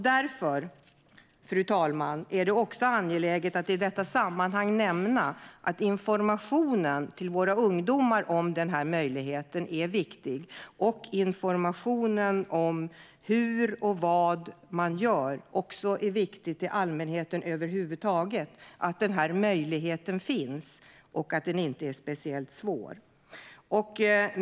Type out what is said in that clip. Därför, fru talman, är det angeläget att i detta sammanhang nämna att informationen till våra ungdomar om denna möjlighet är viktig. Det är viktigt med information till allmänheten över huvud taget om att denna möjlighet finns, om hur och vad man gör och om att det inte är speciellt svårt.